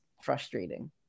frustrating